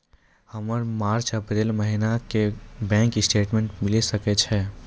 हमर मार्च अप्रैल महीना के बैंक स्टेटमेंट मिले सकय छै?